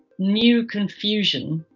new confusion,